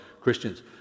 Christians